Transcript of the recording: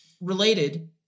related